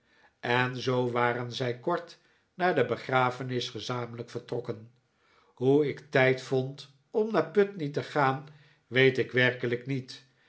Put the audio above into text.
en zoo waren zij kort na de begrafenis gezamenlijk vertrokken hoe ik tijd vond om naar putney te gaan weet ik werkelijk niet